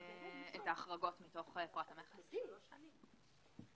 לאור העובדה שיש פה שינוי מההחלטה המקורית שהשר שלנו לא מכיר,